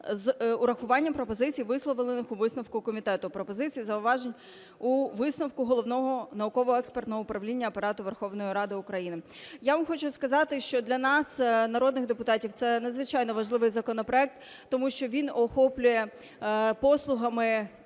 з урахуванням пропозицій, висловлених у висновку комітету, пропозицій, зауважень у висновку Головного науково-експертного управління Апарату Верховної Ради України. Я вам хочу сказати, що для нас, народних депутатів, це надзвичайно важливий законопроект, тому що він охоплює послугами